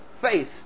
face